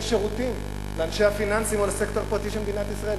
שירותים לאנשי הפיננסים או לסקטור הפרטי של מדינת ישראל.